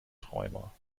träumer